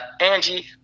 Angie